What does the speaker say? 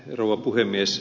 rouva puhemies